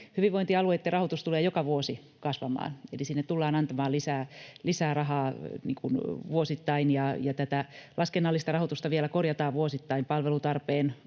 Hyvinvointialueitten rahoitus tulee joka vuosi kasvamaan, eli sinne tullaan antamaan lisää rahaa vuosittain, ja tätä laskennallista rahoitusta vielä korjataan vuosittain palvelutarpeen